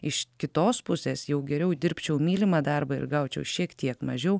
iš kitos pusės jau geriau dirbčiau mylimą darbą ir gaučiau šiek tiek mažiau